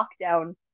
lockdown